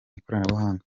ikoranabuhanga